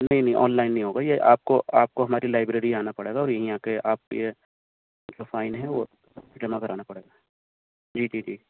نہیں نہیں آنلائن نہیں ہوگا یہ آپ کو آپ کو ہماری لائبریری آنا پڑے گا اور یہیں آ کے آپ یہ اس کا فائن ہے وہ جمع کرانا پڑے گا جی جی جی